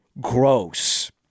gross